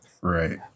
Right